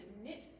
knit